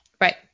Right